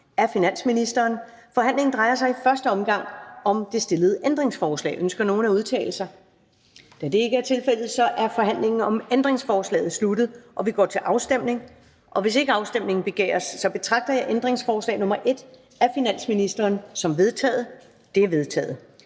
Ellemann): Forhandlingen drejer sig i første omgang om det stillede ændringsforslag. Ønsker nogen at udtale sig? Da det ikke er tilfældet, er forhandlingen om ændringsforslaget sluttet, og vi går til afstemning. Kl. 13:13 Afstemning Første næstformand (Karen Ellemann): Hvis ikke afstemning begæres, betragter jeg ændringsforslag nr. 1 af finansministeren som vedtaget. Det er vedtaget.